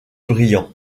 brillant